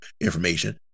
information